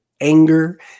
anger